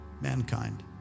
mankind